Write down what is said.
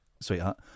sweetheart